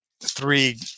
three